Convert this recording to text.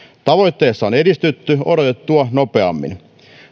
tavoitteessa on edistytty odotettua nopeammin